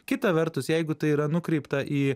kita vertus jeigu tai yra nukreipta į